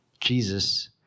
Jesus